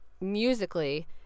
musically